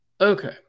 Okay